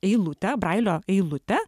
eilutę brailio eilutę